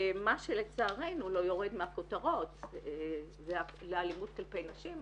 ומה שלצערנו לא יורד מהכותרות זה האלימות כלפי נשים.